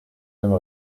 mêmes